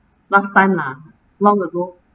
last time lah long ago